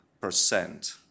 percent